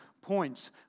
points